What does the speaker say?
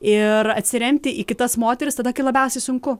ir atsiremti į kitas moteris tada kai labiausiai sunku